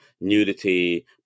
nudity